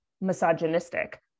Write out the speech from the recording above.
misogynistic